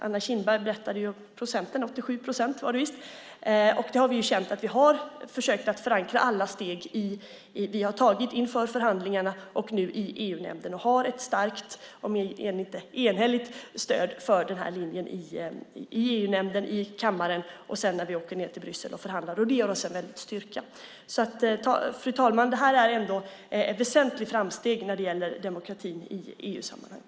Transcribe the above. Anna Kinberg berättade ju om procenten, 87 procent var det visst, och vi har ju försökt att förankra alla steg vi har tagit inför förhandlingarna i EU-nämnden. Vi har ett starkt, om än inte enhälligt, stöd för den här linjen i EU-nämnden, i kammaren och sedan när vi åker ned till Bryssel och förhandlar. Det ger oss en väldig styrka. Fru talman! Det här är ändå ett väsentligt framsteg när det gäller demokratin i EU-sammanhang.